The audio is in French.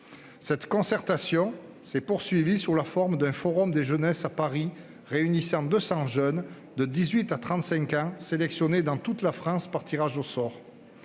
Cette concertation s'est poursuivie sous la forme d'un forum des jeunesses à Paris, réunissant 200 jeunes, âgés de 18 à 35 ans, sélectionnés par tirage au sort